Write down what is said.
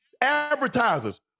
advertisers